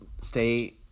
stay